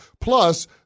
Plus